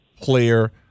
player